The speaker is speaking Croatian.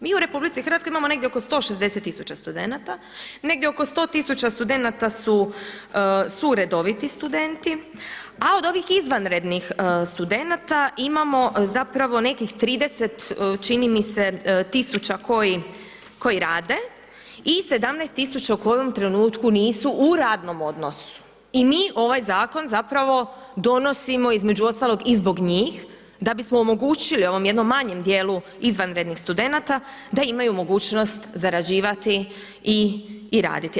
Mi u Republici Hrvatskoj imamo negdje oko 160 tisuća studenata, negdje oko 100 tisuća studenata su redoviti studenti, a od ovih izvanrednih studenata imamo zapravo nekih 30 čini mi se tisuća koji rade i 17 tisuća u kojem trenutku nisu u radnom odnosu i mi ovaj zakon zapravo donosimo između ostaloga i zbog njih da bismo omogućili ovom jednom manjem dijelu izvanrednih studenata da imaju mogućnost zarađivati i raditi.